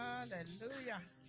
Hallelujah